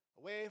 away